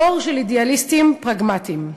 דור של אידיאליסטים פרגמטיים,